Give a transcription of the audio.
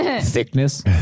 thickness